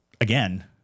Again –